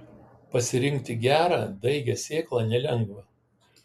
pasirinkti gerą daigią sėklą nelengva